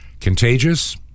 contagious